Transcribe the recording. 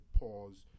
pause